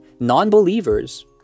Non-believers